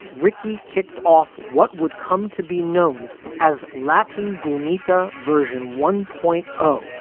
ricky kicked off what would come to be known as latin danita version one point. oh,